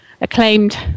acclaimed